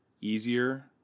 easier